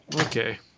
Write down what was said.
okay